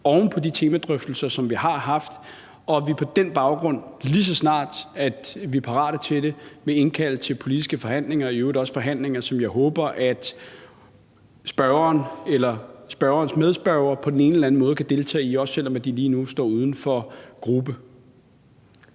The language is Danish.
oven på de temadrøftelser, som vi har haft, og at vi på den baggrund, lige så snart vi er parate til det, vil indkalde til politiske forhandlinger, i øvrigt også forhandlinger, som jeg håber spørgeren eller spørgerens medspørger på den ene eller den anden måde kan deltage i, også selv om de lige nu står uden for gruppe.